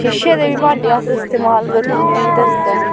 शीशे दे बी भांडे अस इस्तमाल करुने उं'दे आस्तै